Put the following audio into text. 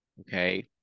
Okay